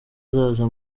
azaza